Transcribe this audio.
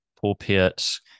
pulpits